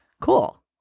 Cool